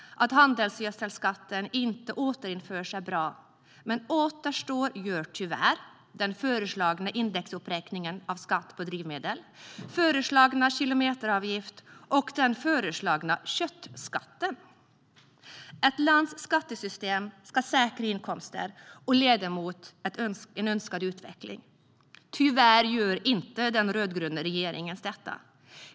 Att handelsgödselskatten inte återinförs är bra, men återstår gör tyvärr den föreslagna indexuppräkningen av skatt på drivmedel, den föreslagna kilometeravgiften och den föreslagna köttskatten. Ett lands skattesystem ska säkra inkomster och leda till en önskad utveckling. Tyvärr gör inte den rödgröna regeringen detta.